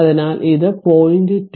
അതിനാൽ ഇത് 0